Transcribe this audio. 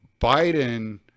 Biden